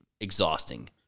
exhausting